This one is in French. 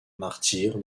martyr